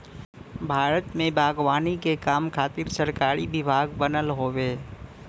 भारत में बागवानी के काम खातिर सरकारी विभाग बनल हउवे